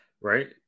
Right